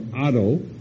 Otto